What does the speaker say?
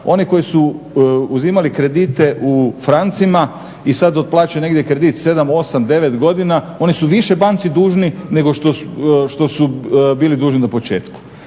oni koji su uzimali kredite u francima i sad otplaćuju negdje kredit 7, 8, 9 godina oni su više banci dužni nego što su bili dužni na početku.